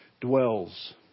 dwells